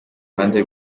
ruhande